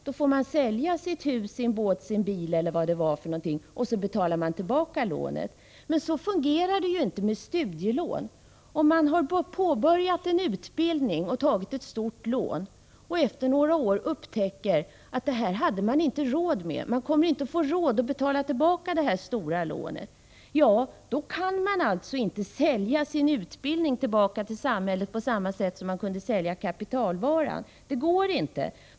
Då får man sälja sitt hus, sin båt eller vad man nu har och betalar tillbaka lånet. Men så fungerar det inte med studielånet. Har man påbörjat en utbildning och tagit ett stort lån och efter några år upptäcker att man inte kan betala tillbaka det stora lånet, kan man alltså inte sälja sin utbildning tillbaka till samhället som man kan sälja kapitalvaran. Det går ju inte.